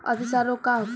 अतिसार रोग का होखे?